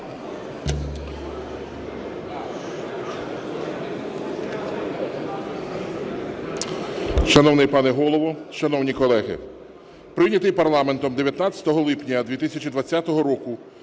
Шановний пане Голово, шановні колеги! Прийнятий парламентом 19 липня 2020 року